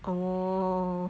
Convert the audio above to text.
orh